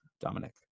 dominic